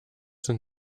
sind